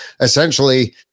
essentially